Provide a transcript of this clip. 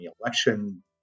election